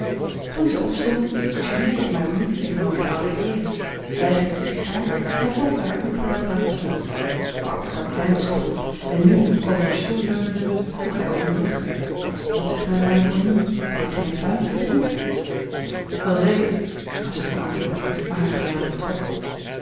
toen zij opstond geneerde ik mij ook niet tegenover de oude heeren weigerde de sigaar en volgde haar onverwijld naar het salon maar ook de kapitein was gevolgd en nu over een stoel leunende vroeg hij ootmoedig wat zegt mijn majoor nu heb ik geen pluimpje verdiend welzeker gaf zij ten antwoord maar haar gelaat betrok